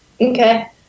Okay